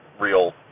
real